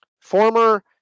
former